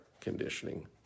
conditioning